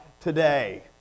today